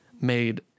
made